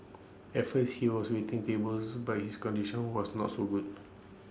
at first he was waiting tables but his coordination was not so good